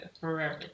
forever